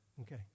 Okay